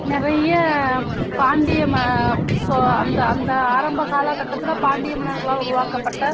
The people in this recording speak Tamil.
நிறைய பாண்டிய ம ஸோ அந்த அந்த ஆரம்ப கால கட்டத்தில் பாண்டிய மன்னர்களால் உருவாக்கப்பட்ட